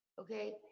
Okay